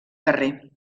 carrer